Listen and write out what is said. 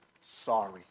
sorry